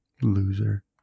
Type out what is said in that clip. Loser